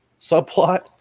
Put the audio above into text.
subplot